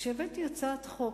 וכשהבאתי הצעת חוק,